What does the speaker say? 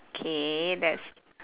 K that's